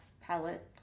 palette